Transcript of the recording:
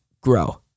Grow